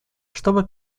чтобы